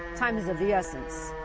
time is of the essence.